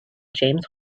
james